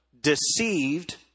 deceived